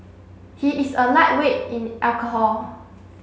he is a lightweight in alcohol